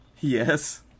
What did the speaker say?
yes